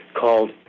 called